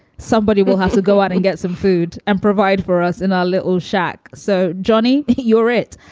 somebody will have to go out and get some food and provide for us in our little shack. so, johnny, you're it.